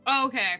okay